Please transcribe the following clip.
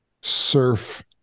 surf